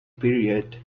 period